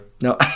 No